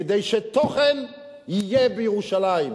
כדי שתוכן יהיה בירושלים.